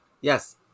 Yes